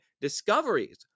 discoveries